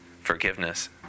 forgiveness